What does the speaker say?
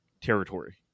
territory